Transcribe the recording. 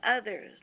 others